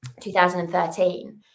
2013